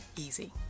easy